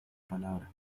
palabra